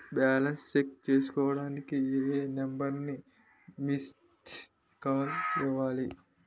Balance check చేసుకోవటానికి ఏ number కి మిస్డ్ కాల్ ఇవ్వాలి?